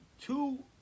two